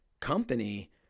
company